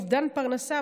אובדן פרנסה,